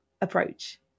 approach